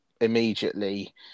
immediately